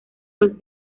los